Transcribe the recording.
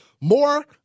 More